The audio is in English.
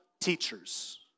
teachers